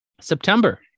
September